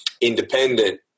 independent